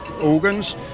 organs